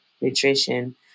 nutrition